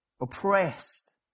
oppressed